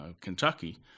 Kentucky